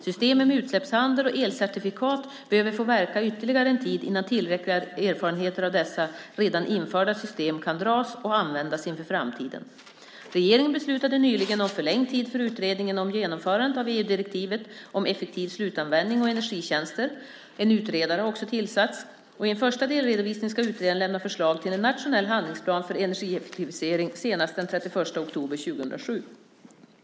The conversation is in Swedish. Systemen med utsläppshandel och elcertifikat behöver få verka ytterligare en tid innan tillräckliga erfarenheter av dessa redan införda system kan dras och användas inför framtiden. Regeringen beslutade nyligen om förlängd tid för utredningen om genomförandet av EU-direktivet om effektiv slutanvändning och energitjänster. En utredare har också tillsatts. I en första delredovisning ska utredaren lämna förslag till en nationell handlingsplan för energieffektivisering senast den 31 oktober 2007.